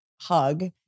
hug